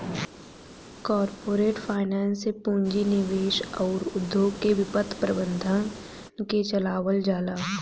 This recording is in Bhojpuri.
कॉरपोरेट फाइनेंस से पूंजी निवेश अउर उद्योग के वित्त प्रबंधन के चलावल जाला